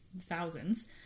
thousands